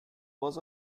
was